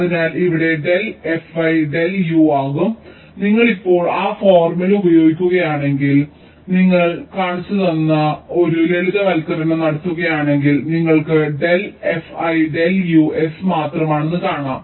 അതിനാൽ ഇവിടെ del fi del u ആകും നിങ്ങൾ ഇപ്പോൾ ആ ഫോർമുല ഉപയോഗിക്കുകയാണെങ്കിൽ നിങ്ങൾ ഇപ്പോൾ കാണിച്ചുതന്നു നിങ്ങൾ ഒരു ലളിതവൽക്കരണം നടത്തുകയാണെങ്കിൽ നിങ്ങൾക്ക് del fi del u s മാത്രമാണെന്ന് കാണാം